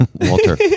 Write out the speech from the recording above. Walter